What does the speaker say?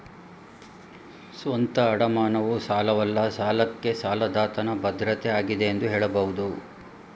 ಸ್ವಂತ ಅಡಮಾನವು ಸಾಲವಲ್ಲ ಸಾಲಕ್ಕೆ ಸಾಲದಾತನ ಭದ್ರತೆ ಆಗಿದೆ ಎಂದು ಹೇಳಬಹುದು